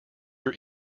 your